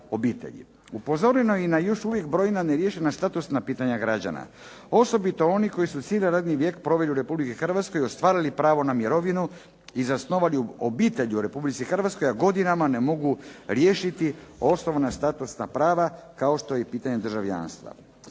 Upozoreno je i na još uvijek brojna neriješena statusna pitanja građana, osobito onih koji su cijeli radni vijek proveli u Republici Hrvatskoj i ostvarili pravo na mirovinu i zasnovali obitelj u Republici Hrvatskoj, a godinama ne mogu riješiti osnovna statusna prava kao što je pitanje državljanstva.